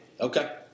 Okay